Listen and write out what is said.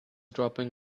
dropping